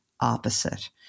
opposite